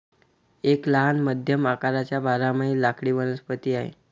एक लहान मध्यम आकाराचा बारमाही लाकडी वनस्पती आहे